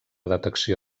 detecció